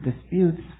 Disputes